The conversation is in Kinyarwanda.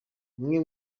umwe